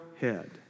head